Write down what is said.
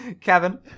kevin